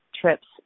trips